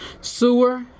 sewer